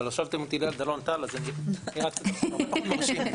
אבל הושבתם אותי ליד אלון טל אז זה נראה פחות מרשים.